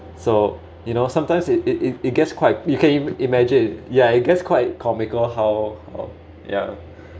so you know sometimes it it it it gets quite you can even imagine yeah it gets quite comical how ya